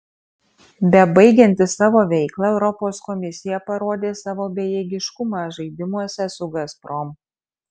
bebaigianti savo veiklą europos komisija parodė savo bejėgiškumą žaidimuose su gazprom